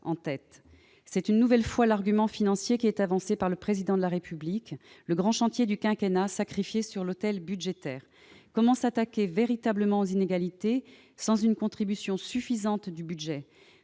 France ! C'est une nouvelle fois l'argument financier qui est avancé par le Président de la République : le grand chantier du quinquennat est sacrifié sur l'autel budgétaire ! Comment s'attaquer véritablement aux inégalités sans une contribution suffisante du budget ?